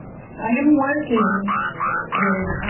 i am working with